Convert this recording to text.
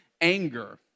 anger